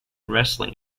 wrestling